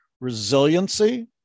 resiliency